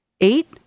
Eight